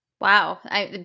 Wow